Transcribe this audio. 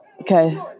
Okay